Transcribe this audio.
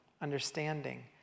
understanding